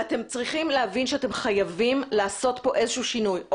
אתם צריכים להבין שאתם חייבים לעשות כאן איזשהו שינוי.